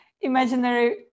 imaginary